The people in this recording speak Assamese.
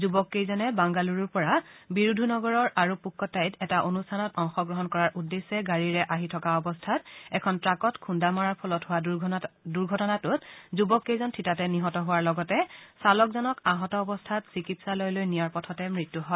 যুৱক কেইজনে বাংগালুৰুৰ পৰা বিৰুধু নগৰৰ অৰুধুৱটাইত এটা অনুষ্ঠানত অংশগ্ৰহণ কৰাৰ উদ্দেশ্যে গাড়ীৰে আহি থকা অৱস্থাত এখন ট্ৰাকত খুন্দা মৰাৰ ফলত হোৱা দুৰ্ঘটনাটোত যুৱক কেইজন থিতাতে নিহত হোৱাৰ লগতে চালকজনক আহত অৱস্থাত চিকিৎসালয়লৈ নিয়াৰ পথতে মৃত্যু হয়